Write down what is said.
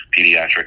pediatric